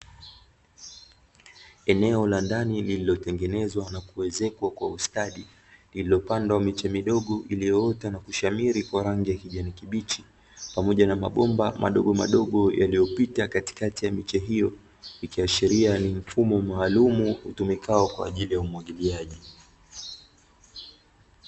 Eneo la ndani lilotengenezwa kwa kuezekwa kwa ustadi, lililopandwa miche midogo iliyoota na kushamiri kwa rangi ya kijani kibichi, Pamoja na mabomba mdogomadogo yaliyopita katikati ya miche hiyo ikiashiria ni mfumo maalumu utumikao kwa ajili ya umwagiiaji.